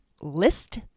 List